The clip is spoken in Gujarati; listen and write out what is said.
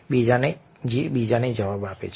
બીજાને જવાબ આપે છે